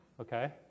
okay